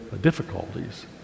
difficulties